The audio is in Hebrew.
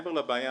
מעבר לבעיה,